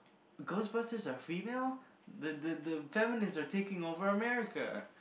ghost busters are female the the the feminists are taking over America